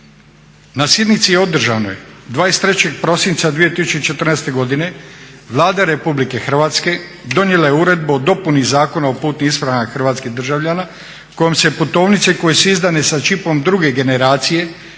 Na sjednici održanoj 23. prosinca 2014. godine Vlada Republike Hrvatske donijela je Uredbu o dopuni Zakona o putnim ispravama hrvatskih državljana kojom se putovnice koje su izdane sa čipom druge generacije